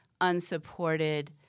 unsupported